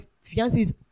fiance's